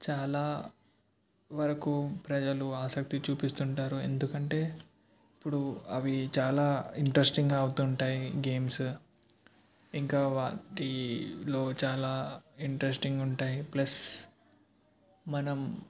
చాలా వరకు ప్రజలు ఆసక్తి చూపిస్తుంటారు ఎందుకంటే ఇప్పుడు అవి చాలా ఇంట్రెస్టింగ్గా అవుతుంటాయి గేమ్స్ ఇంకా వాటిలో చాలా ఇంట్రెస్టింగా ఉంటాయి ప్లస్ మనం